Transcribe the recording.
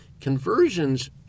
Conversions